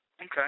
Okay